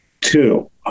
Two